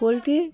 poultry